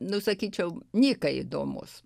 nu sakyčiau nyka įdomus